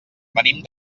venim